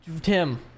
Tim